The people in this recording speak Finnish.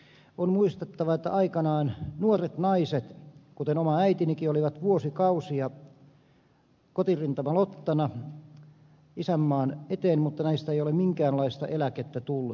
on muistettava että aikanaan nuoret naiset kuten oma äitinikin olivat vuosikausia kotirintamalottana isänmaan eteen mutta näistä ei ole minkäänlaista eläkettä tullut